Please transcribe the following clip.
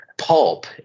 Pulp